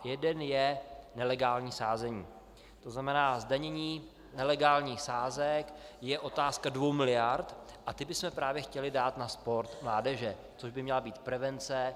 Jeden je nelegální sázení, to znamená zdanění nelegálních sázek je otázka dvou miliard a ty bychom právě chtěli dát na sport mládeže, což by měla být prevence.